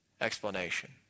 explanation